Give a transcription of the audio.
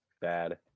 bad